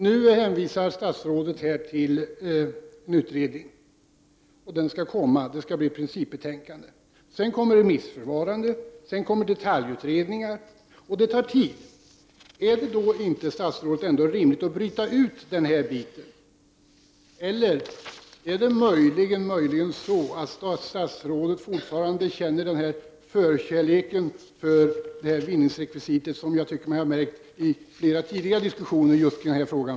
Nu hänvisar som sagt statsrådet till en ny utredning. Den skall komma, och det skall bli ett principbetänkande. Sedan kommer remissförfarandet och detaljutredningar. Detta tar tid. Är det ändå inte, statsrådet, rimligt att bryta ut den här delen? Är det möjligen så att statsrådet fortfarande känner den förkärlek för vinningsrekvisitet som jag tycker mig ha märkt vid flera tidigare diskussioner kring denna fråga?